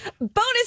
bonus